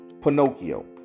Pinocchio